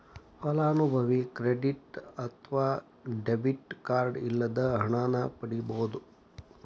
ಫಲಾನುಭವಿ ಕ್ರೆಡಿಟ್ ಅತ್ವ debit card ಇಲ್ಲದ ಹಣನ ಪಡಿಬೋದ್